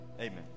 Amen